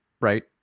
right